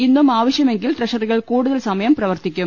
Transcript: ഇന്നും ആവശ്യമെങ്കിൽ ട്രഷറികൾ കൂടുതൽ സമയം പ്രവർത്തിക്കും